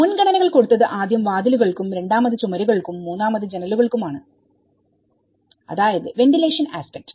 മുൻഗണനകൾ കൊടുത്തത് ആദ്യം വാതിലുകൾക്കും രണ്ടാമത് ചുമരുകൾക്കും മൂന്നാമത് ജനലുകൾക്കും ആണ് അതായത് വെന്റിലേഷൻ ആസ്പെക്ട്